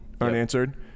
unanswered